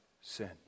sin